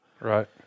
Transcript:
Right